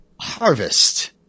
Harvest